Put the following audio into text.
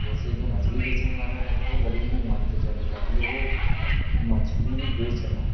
जैसे जो मछली बेचने वाला रहता वो ग़रीबी में मान के चलो कइ के लिए वो मछली बेच रहा है